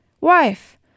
Wife